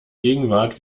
gegenwart